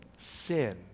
sin